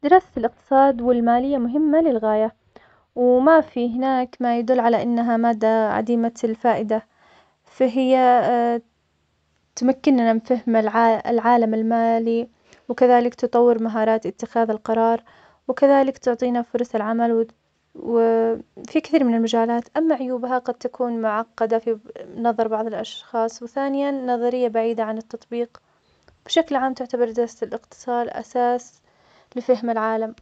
درس الإقتصاد والمالية مهمه للغاية, وما في هناك ما يدل على إنها مادة عديمة الفائدة, فهي تمكننا فهم العال- العالم المالي, وكذلك تطور مهارات إتخاذ القرار, وكذلك تعطينا فرص العمل, وفي كثير من المجالات, أما عيوبها, قد تكون معقدة في النظر بعض الأشخاص, وثانياً نظري’ بعيد’ عن التطبيق, بشكل عام تعتبر دراسة الإقتصاد أساس لفهم العالم.